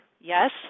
yes